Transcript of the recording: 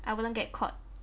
I wouldn't get caught